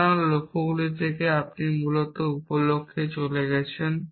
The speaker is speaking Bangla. সুতরাং লক্ষ্যগুলি থেকে আপনি মূলত উপ লক্ষ্যে চলে যাচ্ছেন